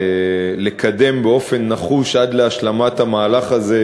לקדם באופן נחוש עד להשלמת המהלך הזה,